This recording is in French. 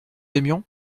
aimions